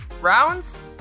rounds